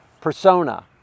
persona